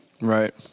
Right